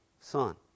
son